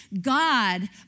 God